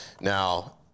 Now